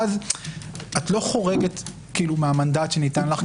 ואז את לא חורגת מהמנדט שניתן לך,